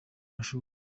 mashuri